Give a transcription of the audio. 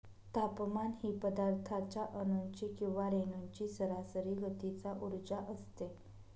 तापमान ही पदार्थाच्या अणूंची किंवा रेणूंची सरासरी गतीचा उर्जा असते